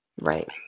Right